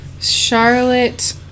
Charlotte